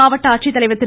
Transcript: மாவட்ட ஆட்சித்தலைவர் திரு